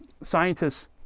scientists